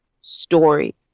story